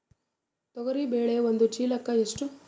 ತೊಗರಿ ಬೇಳೆ ಒಂದು ಚೀಲಕ ಎಷ್ಟು?